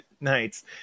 nights